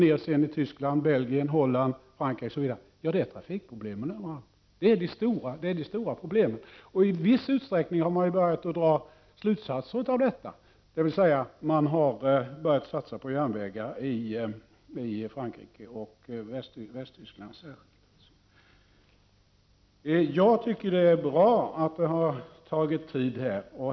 I Tyskland, Belgien, Holland osv. är trafikproblemen de stora problemen. I viss utsträckning har man börjat dra slutsatser av detta, dvs. man har börjat satsa på järnvägar i Frankrike och Västtyskland. Jag tycker det är bra att denna fråga har tagit tid.